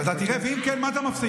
אתה תראה, ואם כן, מה אתה מפסיד?